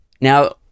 now